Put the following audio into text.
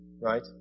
right